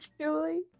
Julie